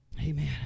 amen